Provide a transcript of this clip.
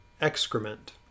excrement